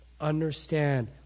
Understand